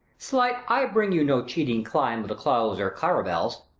slight, i bring you no cheating clim o' the cloughs or claribels,